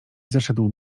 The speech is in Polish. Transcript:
zeszedł